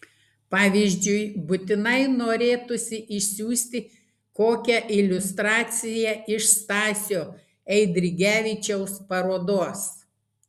pavyzdžiui būtinai norėtųsi išsiųsti kokią iliustraciją iš stasio eidrigevičiaus parodos